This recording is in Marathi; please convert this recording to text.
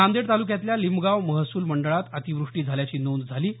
नांदेड तालुक्यातल्या लिंबगाव महसूल मंडळात अतिवृष्टी झाल्याची नोंद झाली आहे